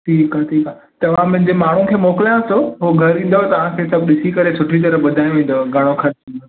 ठीकु आहे ठीकु आहे त मां मुंहिंजे माण्हूअ खे मोकिलियांसि थो उहो घरु ईंदव तव्हांखे सुठी तरह ॾिसी करे सभु ॿुधाईंदुव घणो ख़र्चु